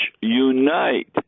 unite